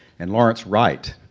and lawrence wright,